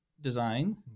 design